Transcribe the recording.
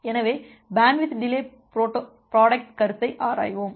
எனவே bandwidth delay product கருத்தை ஆராய்வோம்